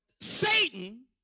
Satan